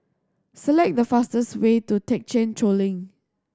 select the fastest way to Thekchen Choling